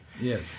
yes